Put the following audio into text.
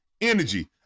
energy